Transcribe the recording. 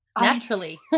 Naturally